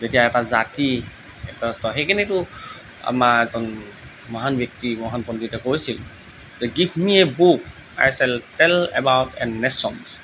যেতিয়া এটা জাতি এটা সেইকাৰণেইতো আমাৰ এজন মহান ব্যক্তি মহান পণ্ডিতে কৈছিল যে give me a book I shall tell about a nations